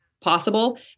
possible